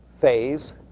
phase